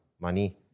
money